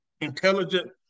intelligent